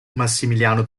massimiliano